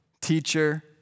teacher